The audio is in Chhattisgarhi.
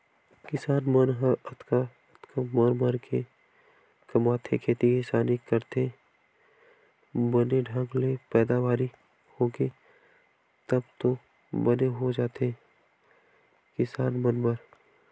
किसान मन ह अतका अतका मर मर के कमाथे खेती किसानी करथे बने ढंग ले पैदावारी होगे तब तो बने हो जाथे किसान मन बर